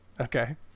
Okay